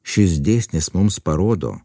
šis dėsnis mums parodo